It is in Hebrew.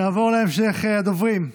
נעבור להמשך רשימת הדוברים.